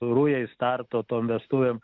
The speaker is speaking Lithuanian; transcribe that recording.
rujai starto tom vestuvėm